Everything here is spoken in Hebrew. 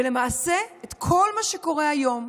ולמעשה, כל מה שקורה היום,